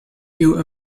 you